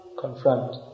confront